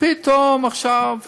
ופתאום עכשיו קשה,